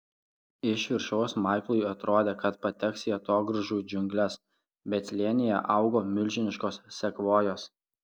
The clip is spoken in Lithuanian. iš viršaus maiklui atrodė kad pateks į atogrąžų džiungles bet slėnyje augo milžiniškos sekvojos